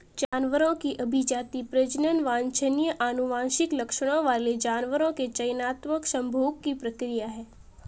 जानवरों की अभिजाती, प्रजनन वांछनीय आनुवंशिक लक्षणों वाले जानवरों के चयनात्मक संभोग की प्रक्रिया है